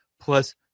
plus